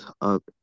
up